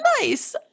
Nice